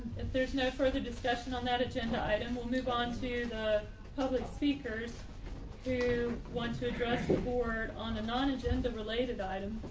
if there's no further discussion on that agenda item will move on to the public speakers to want to address the board on a non agenda related item.